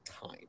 time